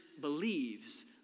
believes